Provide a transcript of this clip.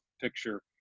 picture